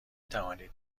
توانید